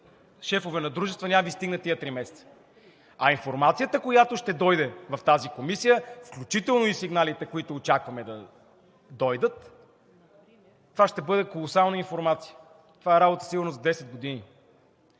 шефове на дружества, няма да Ви стигнат тези три месеца, а информацията, която ще дойде в тази комисия, включително и сигналите, които очакваме да дойдат, това ще бъде колосална информация. Това е работа сигурно за 10 години.